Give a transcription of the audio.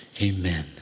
Amen